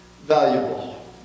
valuable